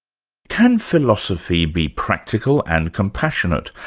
can philosophy be practical and compassionate?